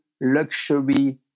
luxury